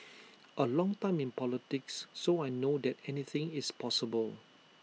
A long time in politics so I know that anything is possible